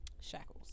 Shackles